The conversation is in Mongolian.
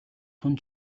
тун